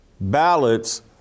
ballots